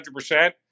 100%